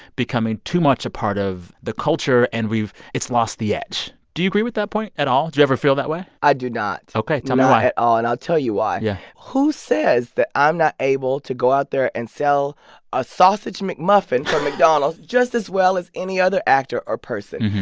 becoming too much a part of the culture. and we've it's lost the edge. do you agree with that point at all? do you ever feel that way? i do not ok. tell me why not at all, and i'll tell you why yeah who says that i'm not able to go out there and sell a sausage mcmuffin from mcdonald's just as well as any other actor or person?